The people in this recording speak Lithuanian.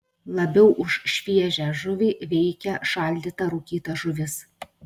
labiau už šviežią žuvį veikia šaldyta rūkyta žuvis